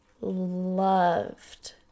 loved